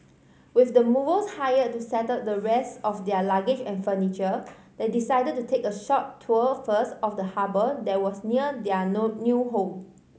with the movers hired to settle the rest of their luggage and furniture they decided to take a short tour first of the harbour that was near their no new home